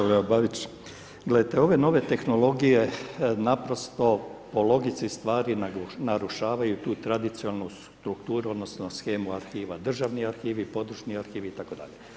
Kolega Babić, gledajte, ove nove tehnologije naprosto po logici stvari narušavaju tu tradicionalnu strukturu odnosno shemu arhiva, državni arhivi, područni arhivi itd.